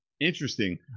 Interesting